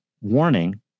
warning